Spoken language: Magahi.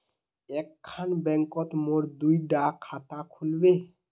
एक खान बैंकोत मोर दुई डा खाता खुल बे?